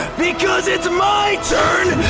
because it's my turn.